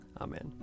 Amen